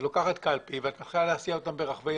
את לוקחת קלפי ואת מתחילה להסיע אותה ברחבי